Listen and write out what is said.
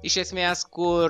iš esmės kur